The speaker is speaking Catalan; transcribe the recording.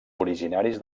originaris